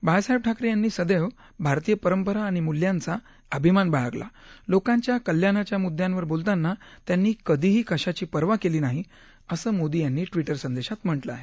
बाळासाहेब ठाकरे यांनी सदैव भारतीय परंपरा आणि मूल्यांचा अभिमान बाळगला लोकांच्या कल्याणाच्या मुद्यांवर बोलताना त्यांनी कधीही कशाची पर्वा केली नाही असं मोदी यांनी ट्विटर संदेशात म्हटलं आहे